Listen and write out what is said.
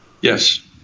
Yes